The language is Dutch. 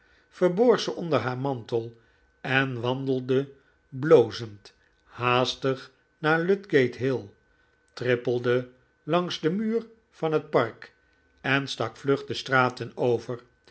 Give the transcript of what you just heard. verborg ze onder haar mantel en wandelde blozend haastig naar ludgate hill trippelde langs den muur van het park en stak vlug de straten over